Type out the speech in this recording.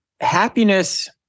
Happiness